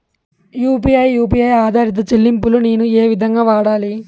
UPI U P I ఆధారిత చెల్లింపులు నేను ఏ విధంగా వాడాలి?